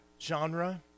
genre